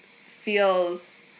feels